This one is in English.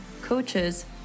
coaches